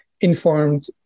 informed